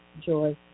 joy